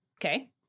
Okay